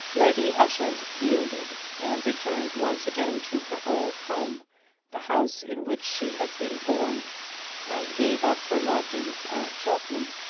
lady ushant yielded and returned once again to her old home the house in which she had been born and gave up her lodgings at cheltenham.